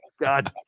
God